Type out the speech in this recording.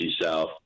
South